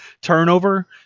turnover